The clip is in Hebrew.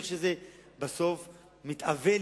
איך שזה בסוף מתהווה,